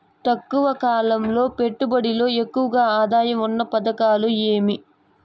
తక్కువ కాలం పెట్టుబడిలో ఎక్కువగా ఆదాయం ఉన్న పథకాలు ఏమి?